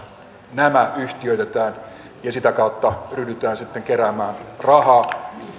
nämä yhtiöitetään ja sitä kautta ryhdytään sitten keräämään rahaa